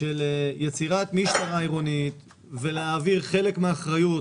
של יצירת משטרה עירונית ולהעביר חלק מהאחראיות